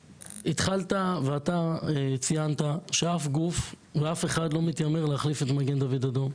התחלת ואתה ציינת שאף גוף ואף אחד לא מתיימר להחליף את מגן דוד אדום.